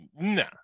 No